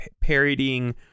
parodying